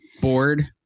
board